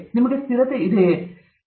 ನಿಮಗೆ ಸ್ಥಿರತೆ ಇದೆಯೇ